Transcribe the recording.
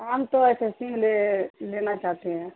آام تو ایسے سگ لے لینا چاہتے ہیں